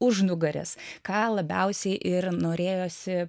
užnugaris ką labiausiai ir norėjosi